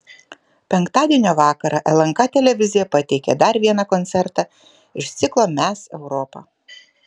penktadienio vakarą lnk televizija pateikė dar vieną koncertą iš ciklo mes europa